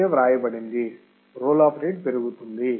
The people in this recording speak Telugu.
అదే వ్రాయబడింది రోల్ ఆఫ్ రేటు పెరుగుతుంది